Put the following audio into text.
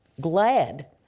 Glad